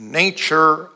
nature